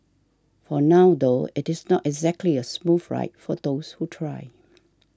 for now though it is not exactly a smooth ride for those who try